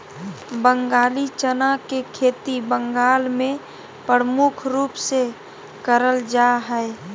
बंगाली चना के खेती बंगाल मे प्रमुख रूप से करल जा हय